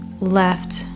left